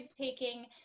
taking